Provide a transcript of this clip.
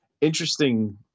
interesting